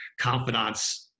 confidants